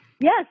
Yes